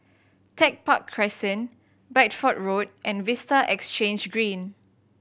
Tech Park Crescent Bideford Road and Vista Exhange Green